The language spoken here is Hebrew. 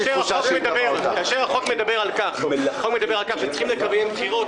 כאשר החוק מדבר על כך שצריך לקיים בחירות,